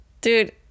Dude